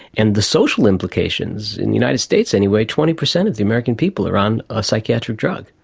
and the social implications, in the united states anyway, twenty percent of the american people are on a psychiatric drug.